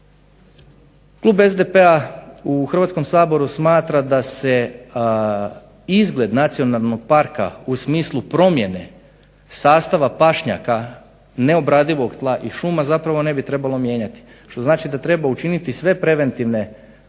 Klub SDP-a u Hrvatskom saboru smatra da se izgled nacionalnog parka u smislu promjene sastava pašnjaka neobradivog tla i šuma zapravo ne bi trebalo mijenjati, što znači da treba učiniti sve preventivne akcije